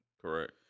Correct